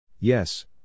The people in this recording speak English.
Yes